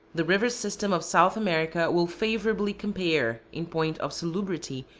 the river system of south america will favorably compare, in point of salubrity,